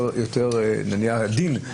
יותר עדין,